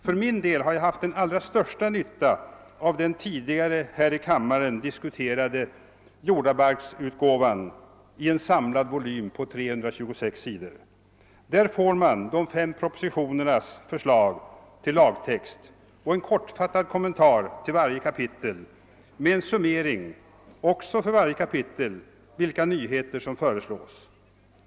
För min del har jag haft den allra största nytta av den tidigare här i kammaren diskuterade jordabalksutgåvan i en samlad volym på 326 sidor. Där får man de fem propositionernas förslag till lagtext och en kortfattad kommentar till varje kapitel med en summering — också för varje kapitel — av vilka nyheter som föreslås.